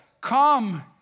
come